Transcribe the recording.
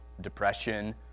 depression